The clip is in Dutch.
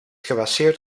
gebaseerd